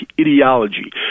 ideology